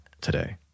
today